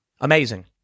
Amazing